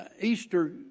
Easter